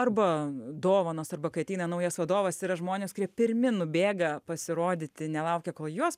arba dovanos arba kai ateina naujas vadovas yra žmonės kurie pirmi nubėga pasirodyti nelaukia kol juos